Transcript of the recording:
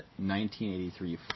1983